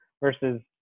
versus